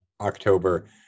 October